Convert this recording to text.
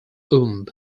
womb